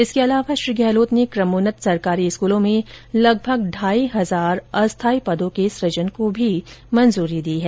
इसके अलावा श्री गहलोत ने क्रमोन्नत सरकारी स्कूलों में लगभग ढाई हजार अस्थाई पदों के सुजन को भी मंजूरी दी है